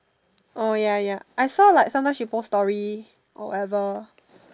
oh ya ya I saw like sometime she post story or whatever